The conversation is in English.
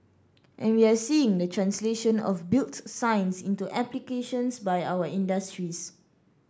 and we are seeing the translation of built science into applications by our industries